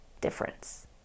difference